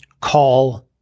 call